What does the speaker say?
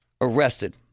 arrested